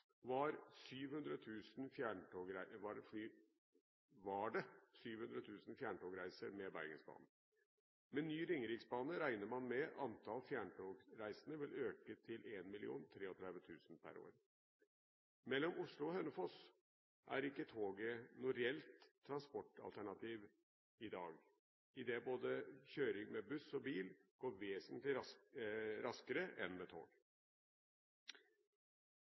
var det 700 000 fjerntogreiser med Bergensbanen. Med ny Ringeriksbane regner man med at antall fjerntogreisende vil øke til 1 033 000 per år. Mellom Oslo og Hønefoss er ikke toget noe reelt transportalternativ i dag, idet både kjøring med buss og bil går vesentlig raskere enn med tog.